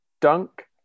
Dunk